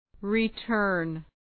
Return